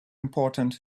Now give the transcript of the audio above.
important